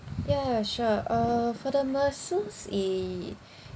ya sure uh for the masseurs it